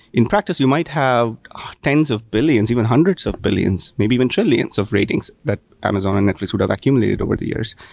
in practice, you might have tens of billions, even hundreds of billions, maybe even trillions of ratings that amazon and netflix would have accumulated over the years.